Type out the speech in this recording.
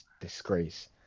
disgrace